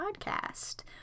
podcast